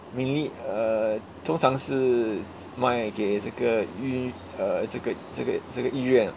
mainly uh 通常是卖给这个医 uh 这个这个这个医院意愿